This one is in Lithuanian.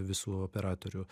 visų operatorių